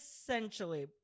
essentially